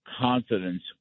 confidence